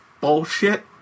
bullshit